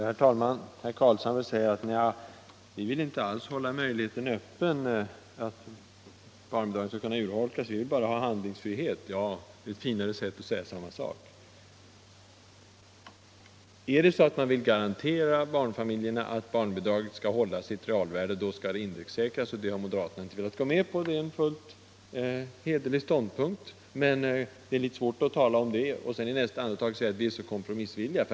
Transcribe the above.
Herr talman! Herr Carlshamre säger: Vi vill inte alls hålla möjligheten öppen att kunna urholka barnbidragen, vi vill bara ha handlingsfrihet. Det är ett finare sätt att säga samma sak. Vill man garantera barnfamiljerna att barnbidraget skall hålla sitt realvärde, då skall det indexsäkras. Det har moderaterna inte velat gå med på. Det är en fullt hederlig ståndpunkt. Men det är litet svårt att först tala om det och sedan i nästa andetag säga att man är så kompromissvillig.